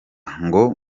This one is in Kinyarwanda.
ngo